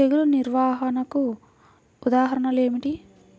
తెగులు నిర్వహణకు ఉదాహరణలు ఏమిటి?